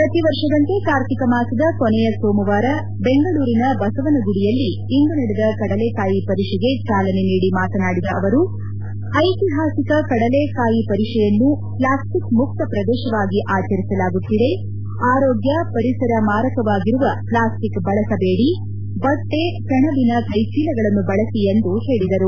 ಪ್ರತಿವರ್ಷದಂತೆ ಕಾರ್ತಿಕ ಮಾಸದ ಕೊನೆಯ ಸೋಮವಾರ ಬೆಂಗಳೂರಿನ ಬಸವನ ಗುಡಿಯಲ್ಲಿಂದು ನಡೆದ ಕಡಲೇ ಕಾಯಿ ಪರಿಷೆಗೆ ಚಾಲನೆ ನೀಡಿ ಮಾತನಾಡಿದ ಅವರು ಐತಿಹಾಸಿ ಕಡಲೇ ಕಾಯಿ ಪರಿಷೆಯನ್ನು ಪ್ಲಾಸ್ಸಿಕ್ ಮುಕ್ತ ಪ್ರದೇಶವಾಗಿ ಆಚರಿಸಲಾಗುತ್ತಿದೆ ಆರೋಗ್ಯ ಪರಿಸರ ಮಾರಕವಾಗಿರುವ ಪ್ಲಾಸ್ಟಿಕ್ ಬಳಸದೇಡಿ ಬಟ್ಟೆ ಸೆಣಬಿನ ಕೈಚೀಲಗಳನ್ನು ಬಳಸಿ ಎಂದು ಹೇಳಿದರು